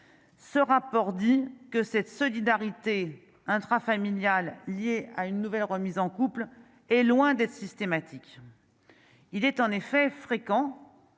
ce rapport dit que cette solidarité intrafamiliale lié à une nouvelle remise en couple est loin d'être systématique, il est en effet fréquent